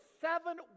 seven